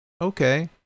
okay